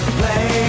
play